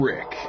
Rick